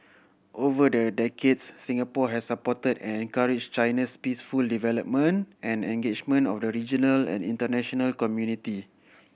over the decades Singapore has supported and encouraged China's peaceful development and engagement of the regional and international community